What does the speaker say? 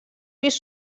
pis